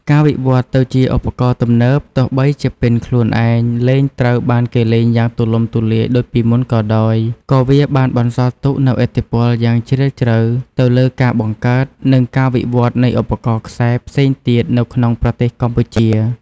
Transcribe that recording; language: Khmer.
ការវិវត្តន៍ទៅជាឧបករណ៍ទំនើប ទោះបីជាពិណខ្លួនឯងលែងត្រូវបានគេលេងយ៉ាងទូលំទូលាយដូចពីមុនក៏ដោយ ក៏វាបានបន្សល់ទុកនូវឥទ្ធិពលយ៉ាងជ្រាលជ្រៅទៅលើការបង្កើត និងការវិវត្តន៍នៃឧបករណ៍ខ្សែផ្សេងទៀតនៅក្នុងប្រទេសកម្ពុជា។